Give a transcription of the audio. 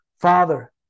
father